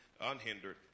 unhindered